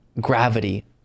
gravity